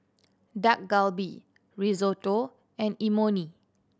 Dak Galbi Risotto and Imoni